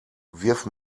wirf